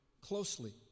closely